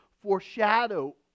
foreshadow